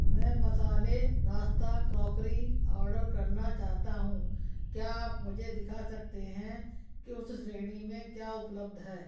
मैं मसाले नाश्ता क्राकरी ऑर्डर करना चाहता हूँ क्या आप मुझे दिखा सकते हैं कि उस श्रेणी में क्या उपलब्ध है